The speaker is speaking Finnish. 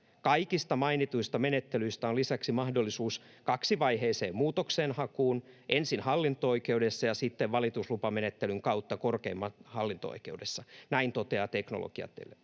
Kaikista mainituista menettelyistä on lisäksi mahdollisuus kaksivaiheiseen muutoksenhakuun, ensin hallinto-oikeudessa ja sitten valituslupamenettelyn kautta korkeimmassa hallinto-oikeudessa.” Näin toteaa Teknologiateollisuus.